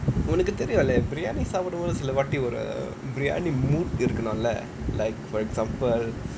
உனக்கு தெரியும்ல:unakku teriyumla biryani சாப்பிடும் போது சில வாட்டி ஒரு:saapidum pothu sila vaati oru biryani mood இருக்கனும்ல:irukanumla like for example